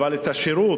אבל את השירות,